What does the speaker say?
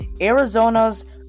Arizona's